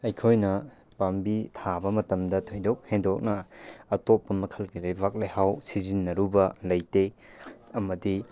ꯑꯩꯈꯣꯏꯅ ꯄꯥꯝꯕꯤ ꯊꯥꯕ ꯃꯇꯝꯗ ꯊꯣꯏꯗꯣꯛ ꯍꯦꯟꯗꯣꯛꯅ ꯑꯇꯣꯞꯄ ꯃꯈꯜꯒꯤ ꯂꯩꯕꯥꯛ ꯂꯩꯍꯥꯎ ꯁꯤꯖꯤꯟꯅꯔꯨꯕ ꯂꯩꯇꯦ ꯑꯃꯗꯤ